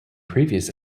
previous